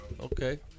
Okay